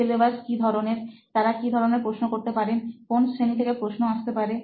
syllabus কি ধরণের তারা কি ধরণের প্রশ্ন করতে পারেন কোন শ্রেণী থেকে প্রশ্ন আসতে পারে